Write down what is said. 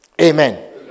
Amen